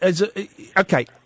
okay